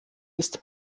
ist